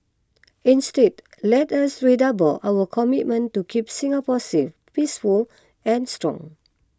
instead let us redouble our commitment to keep Singapore safe peaceful and strong